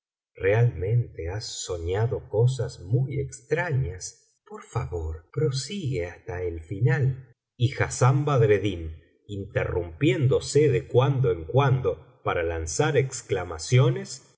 realmente has soñado cosas muy extrañas por favor prosigue hasta el final y hassan badreddin interrumpiéndose de cuan do en cuando para lanzar exclamaciones